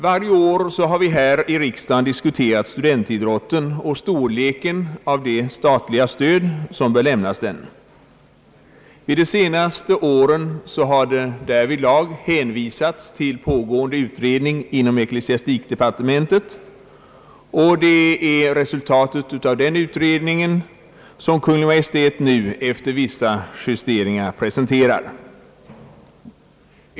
Varje vår har vi här i riksdagen dis kuterat studentidrotten och storleken av det statliga stöd som bör lämnas denna. De senaste åren har hänvisats till pågående utredning i ecklesiastikdepartementet. Det är resultatet av denna utredning som Kungl. Maj:t nu efter vissa justeringar presenterar.